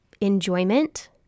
enjoyment